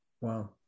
Wow